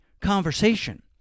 conversation